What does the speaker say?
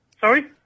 Sorry